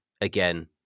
again